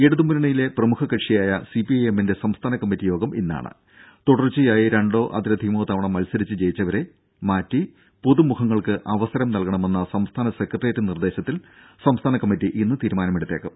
ഇടതുമുന്നണിയിലെ പ്രമുഖ കക്ഷിയായ സിപിഐഎം ന്റെ സംസ്ഥാന കമ്മറ്റി യോഗം ഇന്നാണ് തുടർച്ചയായി രണ്ടോ അതിലധികമോ തവണ മത്സരിച്ച് ജയിച്ചവരെ മാറ്റി പുതുമുഖങ്ങൾക്ക് അവസരം നൽകണമെന്ന സംസ്ഥാന സെക്രട്ടറിയേറ്റ് നിർദേശത്തിൽ സംസ്ഥാന കമ്മറ്റി ഇന്ന് തീരുമാനമെടുത്തേക്കും